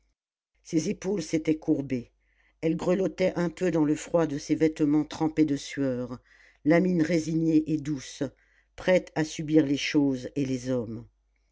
ses épaules s'étaient courbées elle grelottait un peu dans le froid de ses vêtements trempés de sueur la mine résignée et douce prête à subir les choses et les hommes